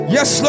Yes